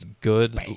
good